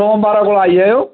सोमबारा कोला आई जायो